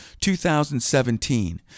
2017